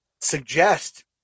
suggest